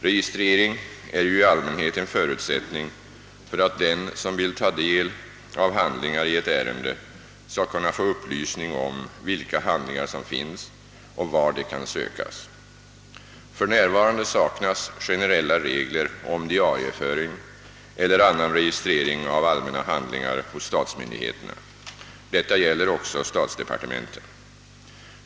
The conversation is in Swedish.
Registrering är ju i allmänhet en förutsättning för att den som vill ta del av handlingar i ett ärende skall kunna få upplysning om vilka handlingar som finns och var de kan sökas. För närvarande saknas generella regler om diarieföring eller annan registrering av allmänna handlingar hos statsmyndigheterna. Detta gäller även statsdepartementen.